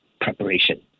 preparation